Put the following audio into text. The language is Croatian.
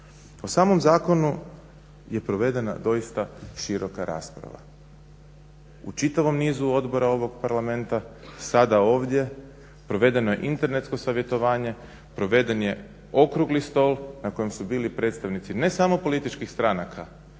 O samom zakonu je provedena doista široka rasprava. U čitavom nizu odbora ovog Parlamenta, sada ovdje, provedeno je internetsko savjetovanje, proveden je Okrugli stol na kojem su bili predstavnici ne samo političkih stranaka